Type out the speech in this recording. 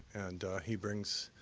and he brings